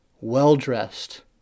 well-dressed